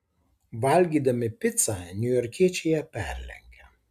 valgydami picą niujorkiečiai ją perlenkia